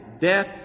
Death